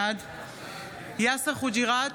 בעד יאסר חוג'יראת,